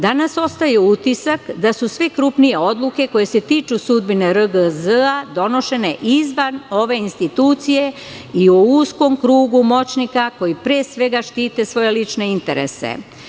Danas ostaje utisak da su sve krupnije odluke, koje se tiču sudbine RGZ, donošene izvan ove institucije i u uskom krugu moćnika, koji pre svega štite svoje lične interese.